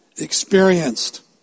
experienced